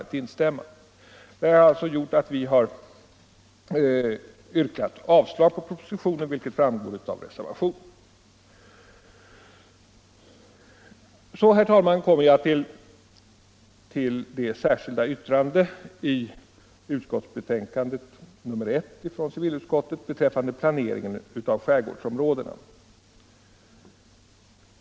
Dessa synpunkter har föranlett oss att, som framgår av reservationen vid civilutskottets betänkande nr 2, yrka avslag på propositionen. Så, herr talman, kommer jag till det särskilda yttrandet nr I vid betänkandet nr I från civilutskottet, beträffande planeringen av skärgårdsområdena.